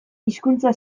hizkuntza